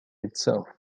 itself